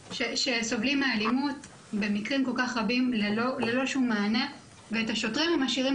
שסובלים מאלימות במקרים כל כך רבים ללא שום מענה ואת השוטרים הם משאירים